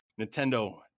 Nintendo